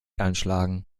einschlagen